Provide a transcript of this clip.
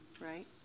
right